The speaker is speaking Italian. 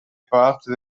parte